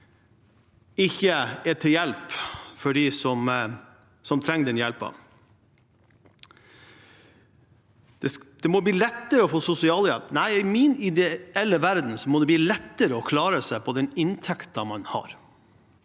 ikke er til hjelp for dem som trenger hjelp. Det må bli lettere å få sosialhjelp – nei, i min ideelle verden må det bli lettere å klare seg på den inntekten man har.